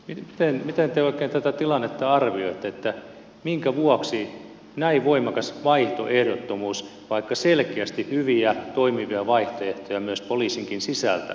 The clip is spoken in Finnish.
miten te oikein tätä tilannetta arvioitte minkä vuoksi näin voimakas vaihtoehdottomuus vaikka selkeästi hyviä toimivia vaihtoehtoja myös poliisinkin sisältä on haluttu esittää